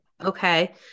okay